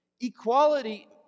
equality